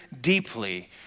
deeply